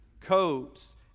coats